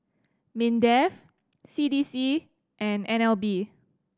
MINDEF C D C and N L B